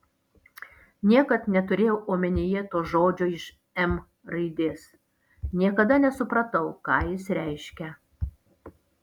niekad neturėjau omenyje to žodžio iš m raidės niekada nesupratau ką jis reiškia